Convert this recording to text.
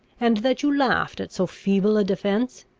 and that you laughed at so feeble a defence?